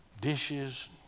dishes